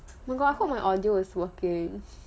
oh my god I hope my audio is working